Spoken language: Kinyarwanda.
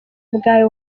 bwawe